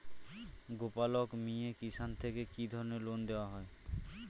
গোপালক মিয়ে কিষান থেকে কি ধরনের লোন দেওয়া হয়?